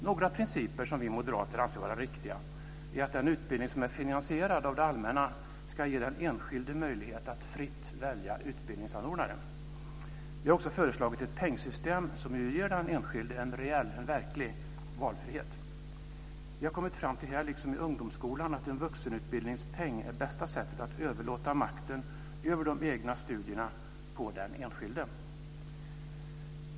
Några principer som vi moderater anser vara viktiga är att den utbildning som är finansierad av det allmänna ska ge den enskilde möjlighet att fritt välja utbildningsanordnare. Vi har också föreslagit ett pengsystem som ger den enskilde en reell, en verklig, valfrihet. Vi har här, liksom i fråga om ungdomsskolan, kommit fram till att en vuxenutbildningspeng är bästa sättet att överlåta makten över de egna studierna till den enskilde.